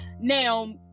Now